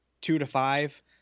two-to-five